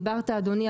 דיברת, אדוני,